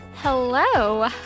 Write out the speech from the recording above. Hello